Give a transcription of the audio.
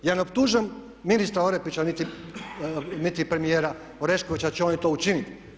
Ja ne optužujem ministra Orepića niti premijera Oreškovića da će oni to učiniti.